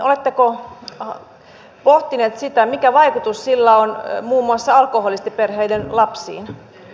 oletteko pohtineet sitä mikä vaikutus sillä on muun muassa alkoholistiperheiden lapsiin